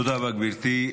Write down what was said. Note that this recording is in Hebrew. תודה רבה, גברתי.